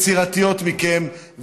ויצירתיות מכם,